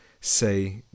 say